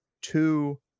two